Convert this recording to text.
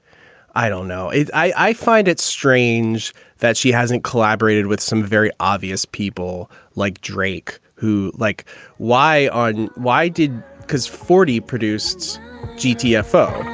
i don't know if i find it strange that she hasn't collaborated with some very obvious people like drake who like why on why did cause forty produced gtm fo